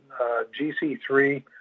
gc3